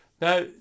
now